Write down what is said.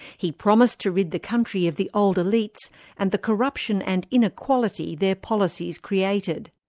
he promised to rid the country of the old elites and the corruption and inequality their policies created.